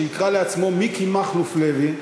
שיקרא לעצמו מיקי מכלוף לוי,